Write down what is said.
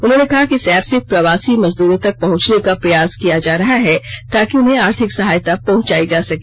उन्होंने कहा कि इस एप्प से प्रवासी मजद्रों तक पहंचने का प्रयास किया जा रहा है ताकि उन्हें आर्थिक सहायता पहुंचायी जा सके